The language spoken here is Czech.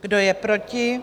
Kdo je proti?